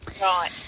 Right